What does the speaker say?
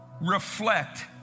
reflect